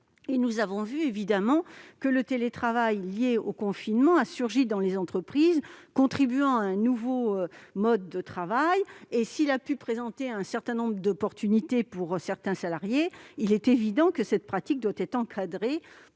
Nous avons vu que le télétravail lié au confinement a surgi dans les entreprises, contribuant à un nouveau mode de travail. S'il a pu présenter un certain nombre d'opportunités pour certains salariés, il est évident que cette pratique doit être encadrée